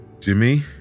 Jimmy